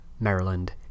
Maryland